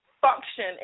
function